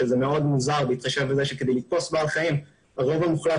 וזה מאוד מוזר בהתחשב בזה שכדי לתפוס בעל חיים הרוב המוחלט